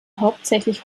hauptsächlich